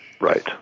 Right